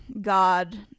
God